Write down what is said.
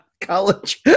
College